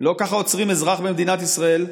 לא ככה עוצרים אזרח במדינת ישראל,